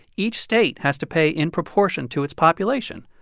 each state has to pay in proportion to its population.